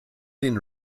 den